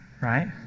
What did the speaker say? right